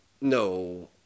No